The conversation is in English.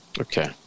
Okay